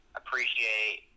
appreciate